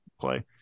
play